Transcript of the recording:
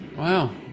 Wow